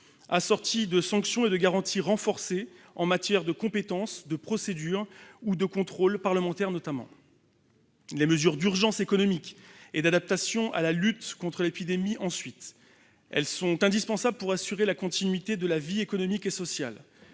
assorties de sanctions et de garanties renforcées en matière de compétences, de procédures et de contrôle parlementaire. Ensuite, des mesures d'urgence économique et d'adaptation à la lutte contre l'épidémie sont indispensables pour assurer la continuité de la vie économique et sociale